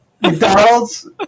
McDonald's